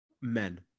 Men